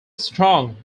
strong